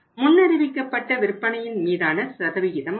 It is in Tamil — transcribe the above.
முன்னறிவிக்கப்பட்ட விற்பனையின் மீதான சதவீதமாகும்